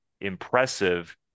impressive